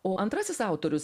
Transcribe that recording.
o antrasis autorius